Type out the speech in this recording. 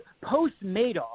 post-Madoff